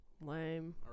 Lame